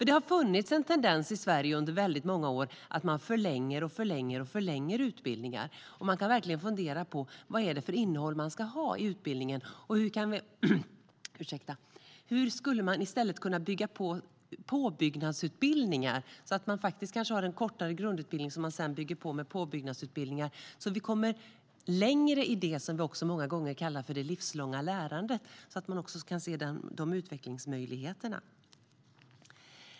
Det har under väldigt många år funnits en tendens att man hela tiden förlänger utbildningar. Man kan verkligen fundera på vad det är för innehåll som utbildningen ska ha. Skulle man kunna bygga på med påbyggnadsutbildningar, så att man kan ha en kortare grundutbildning och samtidigt kommer längre i det som vi kallar för det livslånga lärandet? Det handlar om att se utvecklingsmöjligheter.